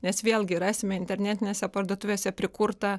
nes vėlgi rasime internetinėse parduotuvėse prikurta